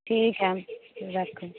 ठीक है रखू